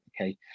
Okay